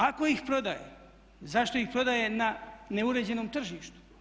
Ako ih prodaje zašto ih prodaje na neuređenom tržištu?